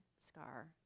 scar